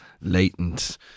latent